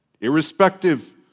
irrespective